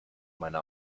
meine